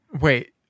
wait